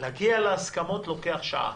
להגיע להסכמות לוקח שעה.